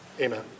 Amen